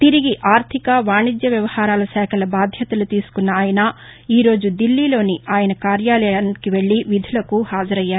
తిరిగి ఆర్లిక వాణిజ్య వ్యవహారాల శాఖల బాధ్యతలు తీసుకున్న ఆయన ఈరోజు ఢిల్లీలోని ఆయన కార్యాలయానికి వెళ్ళి విధులకు హాజరయ్యారు